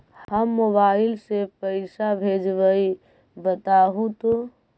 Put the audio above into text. हम मोबाईल से पईसा भेजबई बताहु तो?